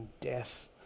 death